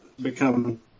become